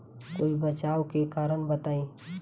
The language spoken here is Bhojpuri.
कोई बचाव के कारण बताई?